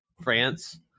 France